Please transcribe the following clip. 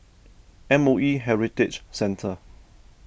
M O E Heritage Centre